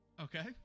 Okay